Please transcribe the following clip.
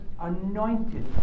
anointed